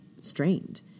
strained